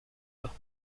leur